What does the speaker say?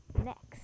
next